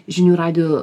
žinių radijo